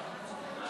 מטפל),